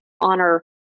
honor